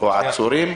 או עצורים.